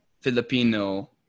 Filipino